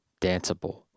danceable